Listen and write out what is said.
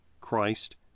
Christ